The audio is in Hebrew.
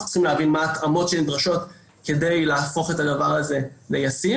צריך להבין מה ההתאמות שנדרשות כדי להפוך את הדבר הזה לישים,